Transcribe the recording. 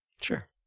Sure